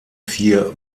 vier